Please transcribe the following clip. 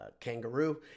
Kangaroo